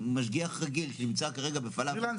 משגיח רגיל שנמצא כרגע בפלאפל,